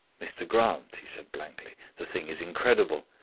mr grant, he said blankly, the thing is incredible.